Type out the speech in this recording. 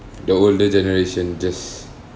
the older generation just